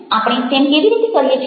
આપણે તેમ કેવી રીતે કરીએ છીએ